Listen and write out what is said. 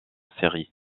série